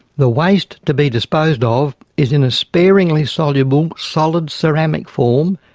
the waste to be disposed ah of is in a sparingly soluble solid ceramic form,